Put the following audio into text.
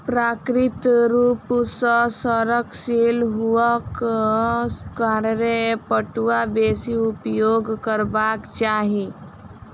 प्राकृतिक रूप सॅ सड़नशील हुअक कारणें पटुआ बेसी उपयोग करबाक चाही